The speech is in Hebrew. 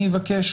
אני אבקש